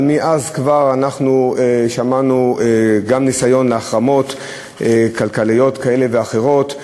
אבל מאז כבר שמענו גם על ניסיון להחרמות כלכליות כאלה ואחרות.